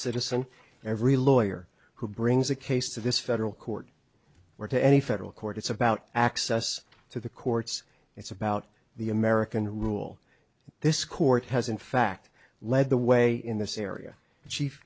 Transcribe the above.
citizen every lawyer who brings a case to this federal court were to any federal court it's about access to the courts it's about the american rule this court has in fact led the way in this area chief